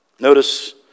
Notice